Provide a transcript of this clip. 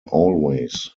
always